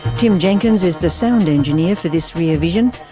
tim jenkins is the sound engineer for this rear vision.